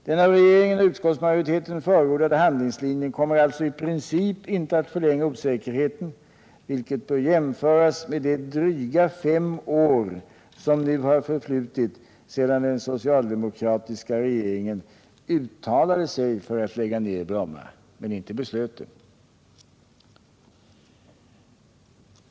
Den av regeringen och utskottsmajoriteten förordade handlingslinjen kommer alltså i princip inte att förlänga osäkerheten, vilket bör jämföras med de dryga fem år som nu har förflutit sedan den socialdemokratiska regeringen uttalade sig för att lägga ned Bromma, men inte beslöt det.